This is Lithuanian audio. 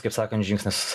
kaip sakant žingsnis